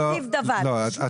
כל